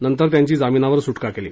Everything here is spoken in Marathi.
नंतर त्यांची जामिनावर सुटका केली